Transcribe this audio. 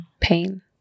pain